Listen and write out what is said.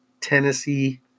Tennessee